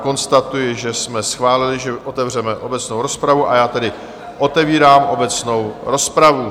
Konstatuji, že jsme schválili, že otevřeme obecnou rozpravu, a já tedy otevírám obecnou rozpravu.